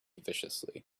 viciously